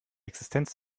existenz